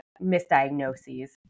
misdiagnoses